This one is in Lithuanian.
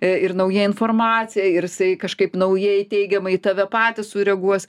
ir nauja informacija ir jisai kažkaip naujai teigiamai į tave patį sureaguos